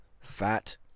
fat